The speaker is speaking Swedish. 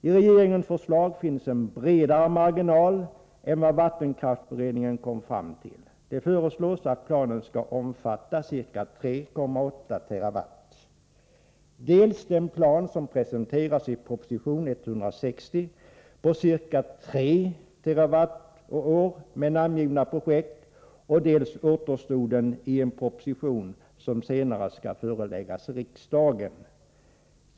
I regeringens förslag finns en bredare marginal än vad vattenkraftsberedningen kom fram till. Det föreslås att planen skall omfatta ca 3,8 TWh/år — ca 3 TWh tas upp i den plan med namngivna projekt som presenteras i proposition 160 och återstoden i en proposition som senare skall föreläggas riksdagen.